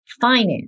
finance